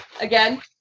again